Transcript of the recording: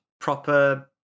proper